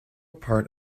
part